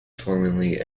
formerly